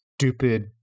stupid